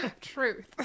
Truth